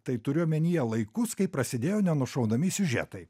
tai turiu omenyje laikus kai prasidėjo ne nušaunami siužetai